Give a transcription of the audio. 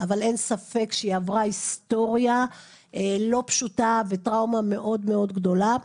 אבל אין ספק שהיא עברה היסטוריה לא פשוטה וטראומה מאוד מאוד גדולה.